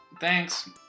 thanks